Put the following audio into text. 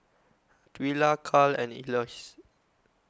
Twila Karl and Elois